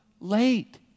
late